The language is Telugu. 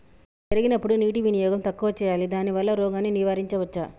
జరిగినప్పుడు నీటి వినియోగం తక్కువ చేయాలి దానివల్ల రోగాన్ని నివారించవచ్చా?